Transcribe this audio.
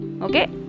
Okay